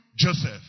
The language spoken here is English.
Joseph